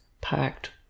packed